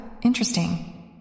Interesting